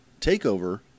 TakeOver